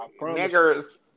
Niggers